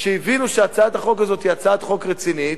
הבינו שהצעת החוק הזאת היא הצעת חוק רצינית.